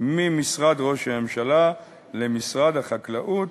ממשרד ראש הממשלה למשרד החקלאות